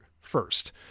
first